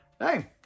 hey